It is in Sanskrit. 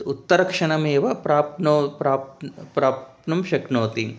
उत्तरक्षणमेव प्राप्नोति प्राप्तुं प्राप्तुं शक्नोति